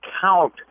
count